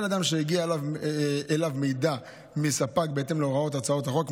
אדם שהגיע אליו מידע מספק בהתאם להוראות הצעת החוק.